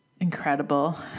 incredible